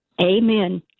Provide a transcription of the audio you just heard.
Amen